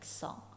song